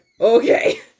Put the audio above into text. okay